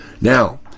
Now